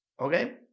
Okay